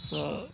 सँ